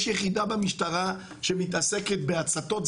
יש יחידה במשטרה שמתעסקת בהצתות,